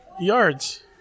yards